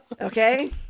Okay